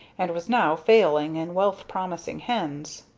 and was now failing in wealth-promising hens.